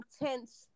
intense